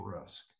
risk